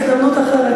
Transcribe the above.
בהזדמנות אחרת,